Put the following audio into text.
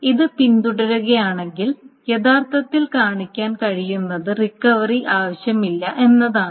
ഇത് പിന്തുടരുകയാണെങ്കിൽ യഥാർത്ഥത്തിൽ കാണിക്കാൻ കഴിയുന്നത് റിക്കവറി ആവശ്യമില്ല എന്നതാണ്